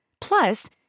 Plus